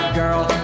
girl